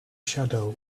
shadow